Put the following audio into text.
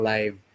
Live